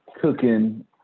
cooking